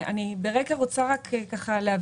אני ברקע רוצה רק להבהיר,